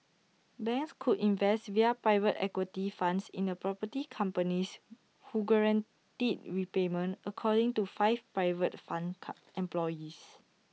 banks could invest via private equity funds in property companies who guaranteed repayment according to five private fund employees